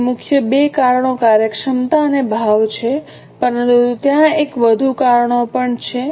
તેથી મુખ્ય 2 કારણો કાર્યક્ષમતા અને ભાવ છે પરંતુ ત્યાં એક વધુ કારણો પણ છે